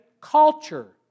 culture